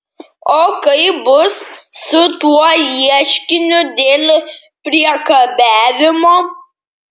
o kaip bus su tuo ieškiniu dėl priekabiavimo